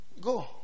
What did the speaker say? go